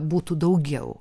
būtų daugiau